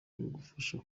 bigufasha